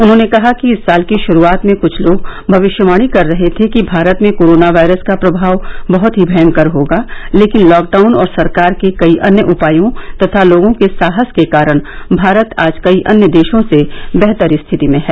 उन्होंने कहा कि इस साल की श्रूआत में कुछ लोग भविष्यवाणी कर रहे थे कि भारत में कोरोना वायरस का प्रभाव बहत ही भयंकर होगा लेकिन लॉकडाउन और सरकार के कई अन्य उपायों तथा लोगों के साहस के कारण भारत आज कई अन्य देशों से बेहतर स्थिति में है